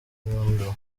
nyundo